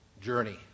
journey